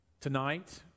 tonight